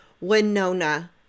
Winona